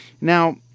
Now